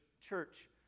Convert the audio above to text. church